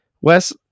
Wes